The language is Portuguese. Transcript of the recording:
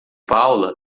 paula